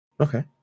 Okay